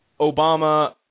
Obama –